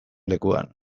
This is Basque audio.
lekuan